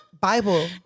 bible